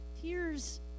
Tears